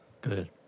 good